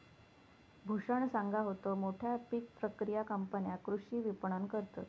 भूषण सांगा होतो, मोठ्या पीक प्रक्रिया कंपन्या कृषी विपणन करतत